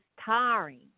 tiring